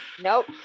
Nope